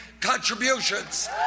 contributions